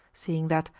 seeing that,